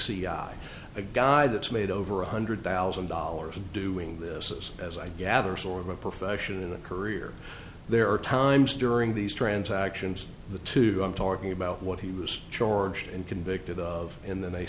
i a guy that's made over one hundred thousand dollars and doing this is as i gather sort of a profession in a career there are times during these transactions the two talking about what he was charged and convicted of and then